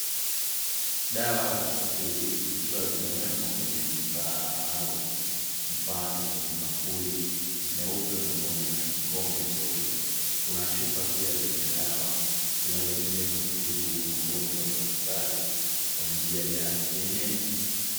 Dawa za asili zikiwa zimewekwa kwenye vifaa maalumu, mfano kwenye bakuli nyeupe pamoja na kikombe cheupe. Kuna chupa pia zenye dawa zinazotumika kutibu magonjwa mbalimbali kwa njia ya kienyeji.